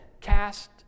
cast